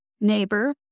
neighbor